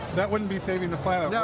that wouldn't be saving the planet,